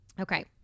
Okay